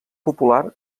popular